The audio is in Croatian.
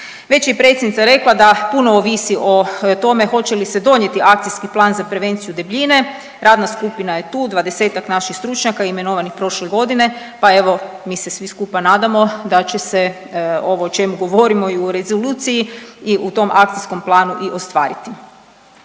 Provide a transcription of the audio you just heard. Već je i predsjednica rekla da puno ovisi o tome hoće li se donijeti Akcijski plan za prevenciju debljine, radna skupina je tu, 20-ak naših stručnjaka imenovanih prošle godine, pa evo mi se svi skupa nadamo da će se ovo o čemu govorimo i u rezoluciji i u tom akcijskom planu i ostvariti.